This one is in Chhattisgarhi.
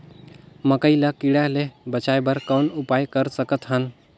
मकई ल कीड़ा ले बचाय बर कौन उपाय कर सकत हन?